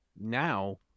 now